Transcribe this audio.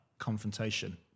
Confrontation